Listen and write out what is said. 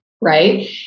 Right